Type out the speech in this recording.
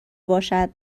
باشد